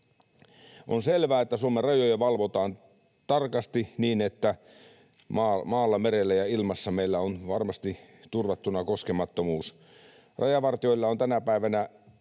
On selvää, että Suomen rajoja valvotaan tarkasti, niin että maalla, merellä ja ilmassa meillä on varmasti turvattuna koskemattomuus. Rajavartijoilla on tänä päivänä